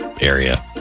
area